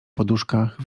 poduszkach